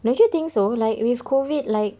don't you think so like with COVID like